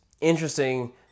interesting